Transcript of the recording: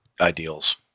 ideals